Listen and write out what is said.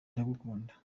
ndagukunda